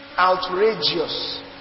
outrageous